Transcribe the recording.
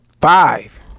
five